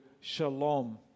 shalom